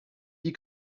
dit